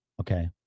okay